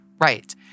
Right